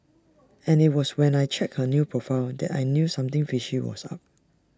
and IT was when I checked her new profile that I knew something fishy was up